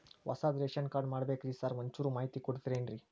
ಹೊಸದ್ ration card ಮಾಡ್ಬೇಕ್ರಿ sir ಒಂಚೂರ್ ಮಾಹಿತಿ ಕೊಡ್ತೇರೆನ್ರಿ?